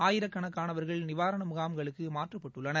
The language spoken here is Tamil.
ஆயிரக்கணக்கானவர்கள் நிவாரண முகாம்களுக்கு மாற்றப்பட்டுள்ளனர்